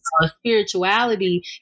spirituality